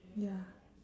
ya